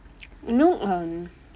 you know um